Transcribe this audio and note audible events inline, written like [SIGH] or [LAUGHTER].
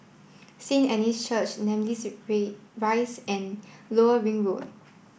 Saint Anne's Church Namly [UNINTELLIGIBLE] Rise and Lower Ring Road